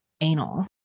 anal